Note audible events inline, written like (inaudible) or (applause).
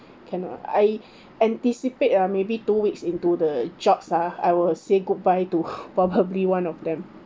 cannot ah I anticipate ah maybe two weeks into the jobs ah I would say goodbye to (laughs) probably one of them